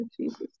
Jesus